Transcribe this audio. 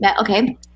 Okay